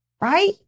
right